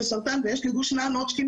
במעבדה שלי יש לי רישיון לעשות מחקר בקנאביס,